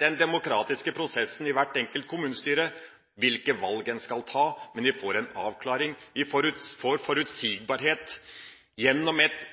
den demokratiske prosessen i hvert enkelt kommunestyre om hvilke valg en skal ta, men vi får en avklaring. Vi får forutsigbarhet gjennom et